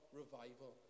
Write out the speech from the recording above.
revival